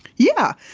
yeah.